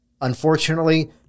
Unfortunately